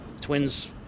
Twins